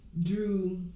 Drew